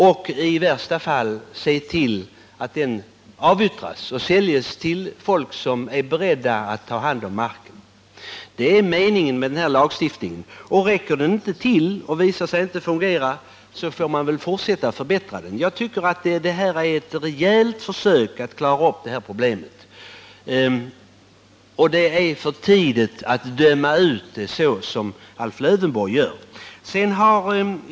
I värsta fall kan lantbruksnämnden säga: Se till att marken avyttras till någon som är beredd att ta hand om den! Detta är meningen med den här lagstiftningen. Om det visar sig att den inte fungerar, får vi fortsätta och försöka förbättra den. Jag tycker att detta är ett rejält försök att klara upp det här problemet. Det är i varje fall ännu för tidigt att döma ut det på det sätt som AIf Lövenborg gör.